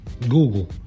Google